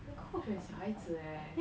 你的 coach 很小孩子